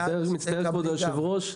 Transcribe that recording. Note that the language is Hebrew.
אני מצטער, כבוד היושב-ראש.